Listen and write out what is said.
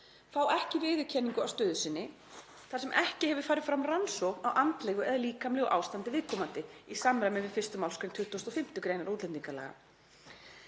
fá ekki viðurkenningu á stöðu sinni þar sem ekki hefur farið fram rannsókn á andlegu eða líkamlegu ástandi viðkomandi í samræmi við 1. mgr. 25. gr. útlendingalaga.